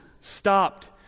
stopped